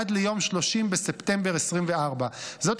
עד ליום 30 בספטמבר 2024. זאת,